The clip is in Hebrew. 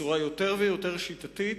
בצורה יותר ויותר שיטתית,